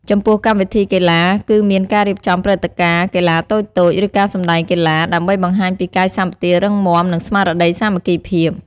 ចំពោះកម្មវិធីកីឡា គឺមានការរៀបចំព្រឹត្តិការណ៍កីឡាតូចៗ ឬការសម្ដែងកីឡា ដើម្បីបង្ហាញពីកាយសម្បទារឹងមាំ និងស្មារតីសាមគ្គីភាព។